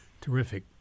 Terrific